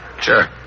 sure